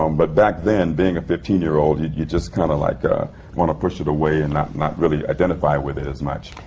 um but back then, being a fifteen year old, you just kind of like ah want to push it away and not not really identify with it as much.